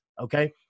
okay